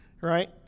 right